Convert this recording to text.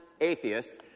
atheists